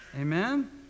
Amen